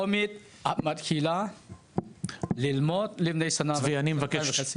צבי אני מבקש,